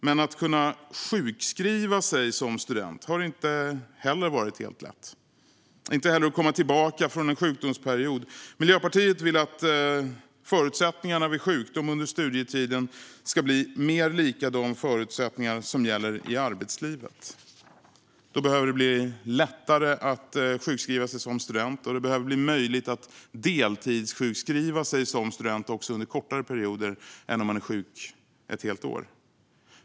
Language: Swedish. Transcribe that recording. Men att kunna sjukskriva sig som student har inte heller varit helt lätt, och inte heller att komma tillbaka efter en sjukdomsperiod. Miljöpartiet vill att förutsättningarna vid sjukdom under studietiden ska bli mer lika de förutsättningar som gäller i arbetslivet. Då behöver det bli lättare att sjukskriva sig som student, och det behöver bli möjligt att deltidssjukskriva sig, också under kortare perioder än ett helt år.